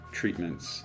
treatments